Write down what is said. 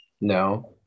No